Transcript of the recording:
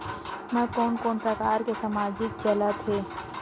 मैं कोन कोन प्रकार के सामाजिक चलत हे?